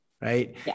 right